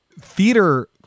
theater